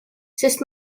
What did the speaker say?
sest